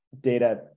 data